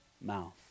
mouth